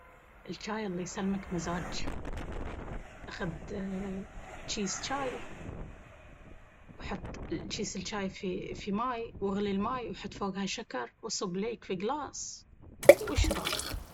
الجاي الله يسلمك مزاج أخذ جيس جاي وحط جيس الجاي في ماي واغلى الماي وحط فوقها شكر وصب لك في قلاص... واشرب.